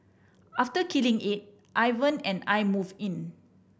after killing it Ivan and I moved in